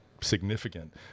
significant